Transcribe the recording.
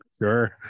sure